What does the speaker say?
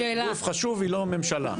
רק בגלל שהם חושבים שיש פה לובי חלש בתוך הכנסת,